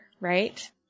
right